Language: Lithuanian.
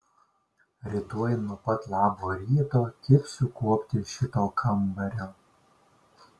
rytoj nuo pat labo ryto kibsiu kuopti šito kambario